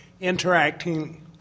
interacting